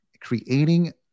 creating